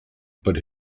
but